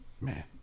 Man